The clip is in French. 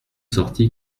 sorti